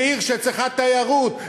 עיר שצריכה תיירות,